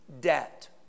debt